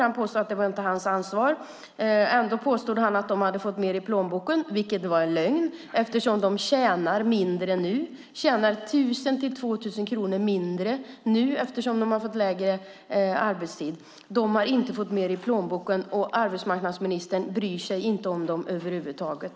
Han påstod att det inte var hans ansvar. Ändå påstod han att de hade fått mer i plånboken. Det är en lögn, eftersom de tjänar mindre nu. De tjänar 1 000-2 000 kronor mindre nu, eftersom de har fått minskad arbetstid. De har inte fått mer i plånboken, och arbetsmarknadsministern bryr sig inte om dem över huvud taget.